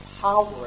power